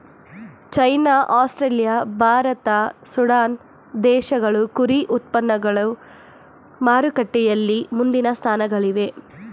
China Australia Bharat Sudan ದೇಶಗಳು ಕುರಿ ಉತ್ಪನ್ನಗಳು ಮಾರುಕಟ್ಟೆಯಲ್ಲಿ ಮುಂದಿನ ಸ್ಥಾನಗಳಲ್ಲಿವೆ